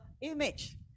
image